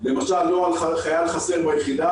למשל נוהל חייל חסר ביחידה.